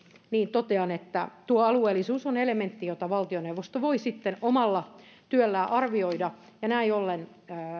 totean että tuo alueellisuus on elementti jota valtioneuvosto voi sitten omalla työllään arvioida ja näin